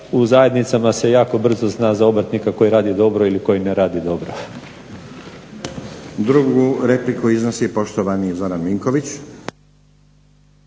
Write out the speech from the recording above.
u zajednicama se jako brzo zna za obrtnika koji radi dobro ili koji ne radi dobro.